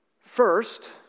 First